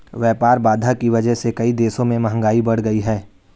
व्यापार बाधा की वजह से कई देशों में महंगाई बढ़ गयी है